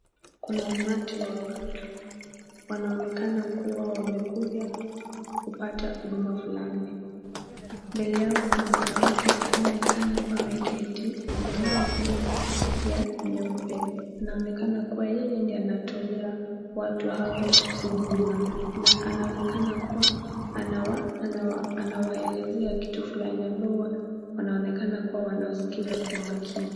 Kuna umati wa watu. Wanaonekana kuwa wamekuja kupata huduma fulani. Mbele yao kuna mwanamke anayeonekana kuwa ameketi, amevaa nguo ya nyeupe. Inaonekana kuwa yeye ndiye anatolea watu hao huduma, na anaonekana kuwa anawaelezea kitu fulani ambao wanaonekana kuwa wanasikiza kwa umakini.